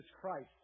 Christ